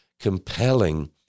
compelling